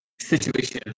situation